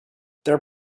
their